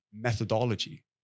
methodology